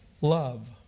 Love